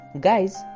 Guys